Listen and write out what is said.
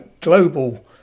global